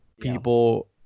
people